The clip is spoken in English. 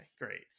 great